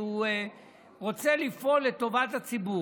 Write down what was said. והוא רוצה לפעול לטובת הציבור?